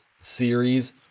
series